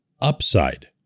upside